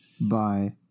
bye